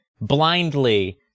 blindly